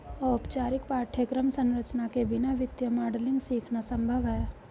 औपचारिक पाठ्यक्रम संरचना के बिना वित्तीय मॉडलिंग सीखना संभव हैं